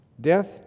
Death